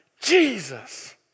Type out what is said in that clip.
Jesus